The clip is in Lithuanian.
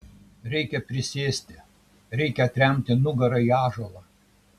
reikia prisėsti reikia atremti nugarą į ąžuolą